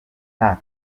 nta